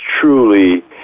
truly